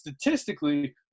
statistically